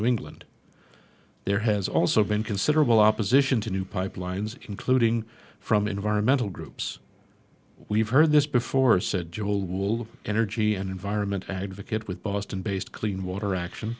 new england there has also been considerable opposition to new pipelines including from environmental groups we've heard this before said joel wool of energy and environment advocate with boston based clean water action